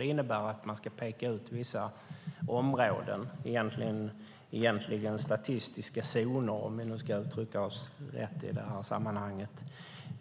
Det innebär att man ska peka ut vissa områden - det handlar egentligen om statistiska zoner, om vi ska uttrycka oss rätt i detta sammanhang -